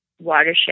watershed